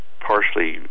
partially